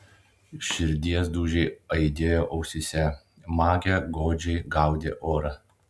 širdies dūžiai aidėjo ausyse magė godžiai gaudė orą